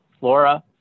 Laura